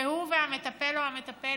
זה הוא והמטפל או המטפלת.